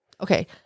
okay